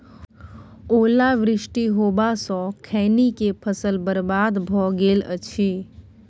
ओला वृष्टी होबा स खैनी के फसल बर्बाद भ गेल अछि?